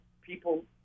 people